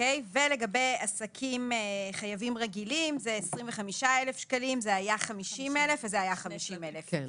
לגבי חייב רגיל 25,000 שקלים כאשר קודם הסכום היה 50,000 שקלים.